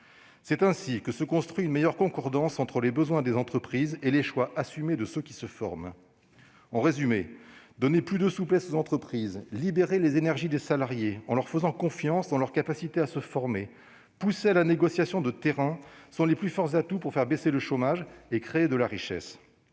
C'est ainsi que se construit une meilleure concordance entre les besoins des entreprises et les choix assumés de ceux qui se forment. En résumé, donner plus de souplesse aux entreprises, libérer les énergies des salariés, en ayant confiance dans leur capacité à se former et pousser à la négociation de terrain sont les plus forts atouts pour faire baisser le chômage et créer de la richesse.